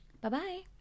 Bye-bye